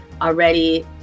already